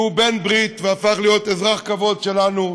שהוא בעל ברית והפך להיות אזרח כבוד שלנו,